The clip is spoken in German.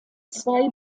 zwei